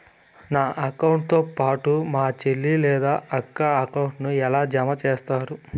నా అకౌంట్ తో పాటు మా చెల్లి లేదా అక్క అకౌంట్ ను ఎలా జామ సేస్తారు?